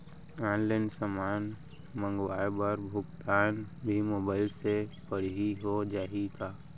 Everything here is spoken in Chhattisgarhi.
ऑनलाइन समान मंगवाय बर भुगतान भी मोबाइल से पड़ही हो जाही का?